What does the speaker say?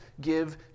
give